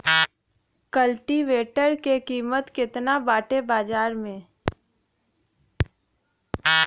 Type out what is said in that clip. कल्टी वेटर क कीमत केतना बाटे बाजार में?